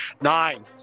Nine